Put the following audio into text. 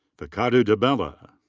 fekadu debella.